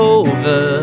over